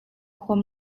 huam